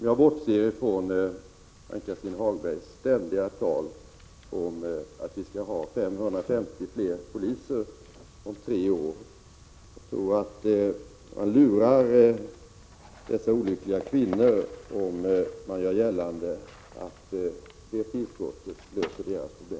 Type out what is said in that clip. Jag bortser då från Ann-Cathrine Haglunds ständiga tal om att vi skall ha ytterligare 550 poliser om tre år. Jag tror att man lurar dessa olyckliga kvinnor om man gör gällande att det tillskottet skulle lösa deras problem.